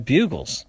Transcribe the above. Bugles